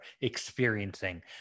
experiencing